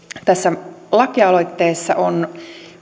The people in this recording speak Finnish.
tässä lakialoitteessa on